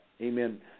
amen